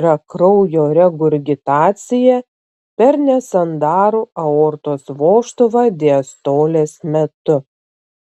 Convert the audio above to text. yra kraujo regurgitacija per nesandarų aortos vožtuvą diastolės metu